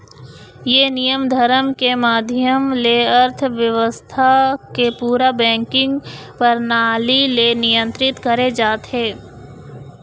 ये नियम धरम के माधियम ले अर्थबेवस्था के पूरा बेंकिग परनाली ले नियंत्रित करे जाथे